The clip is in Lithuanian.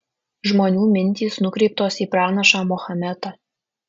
žmonių mintys nukreiptos į pranašą mahometą